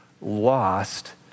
lost